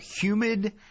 humid